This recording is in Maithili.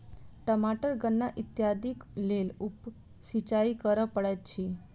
टमाटर गन्ना इत्यादिक लेल उप सिचाई करअ पड़ैत अछि